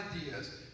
ideas